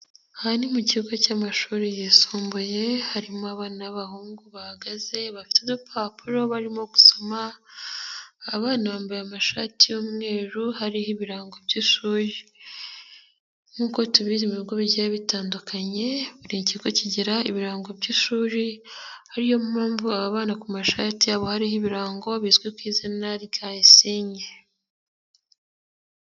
Aha ni mu kigo cy'amashuri yisumbuye harimo abana babahungu bahagaze, bafite udupapuro barimo gusoma. Abana bambaye amashati y'umweru hariho ibirango by'ishuri. Nkuko tubizi mu bigo bigiye bitandukanye, buri kigo kigira ibirango by'ishuri, ariyo mpamvu aba bana ku mashati yabo hariho ibirango bizwi ku izina rya isinye.